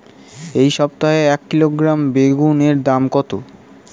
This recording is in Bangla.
এই সপ্তাহে এক কিলোগ্রাম বেগুন এর দাম কত?